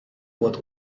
what